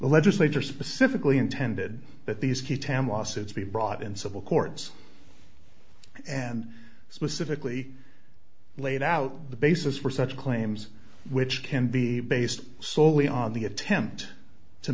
the legislature specifically intended that these key tam lawsuits be brought in civil courts and specifically laid out the basis for such claims which can be based solely on the attempt to